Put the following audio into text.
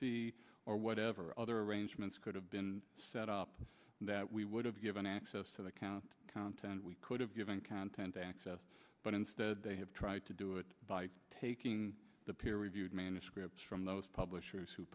fee or whatever other arrangements could have been set up that we would have given access to the count content we could have given content access but instead they have tried to do it by taking the peer reviewed manuscripts from those publishers who